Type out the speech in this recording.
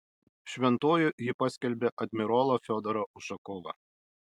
šventuoju ji paskelbė admirolą fiodorą ušakovą